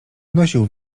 nosił